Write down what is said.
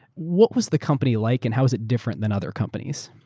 what was the company like and how is it different than other companies?